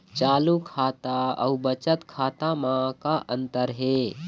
चालू खाता अउ बचत खाता म का अंतर हे?